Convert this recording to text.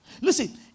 Listen